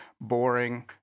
boring